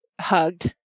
hugged